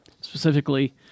specifically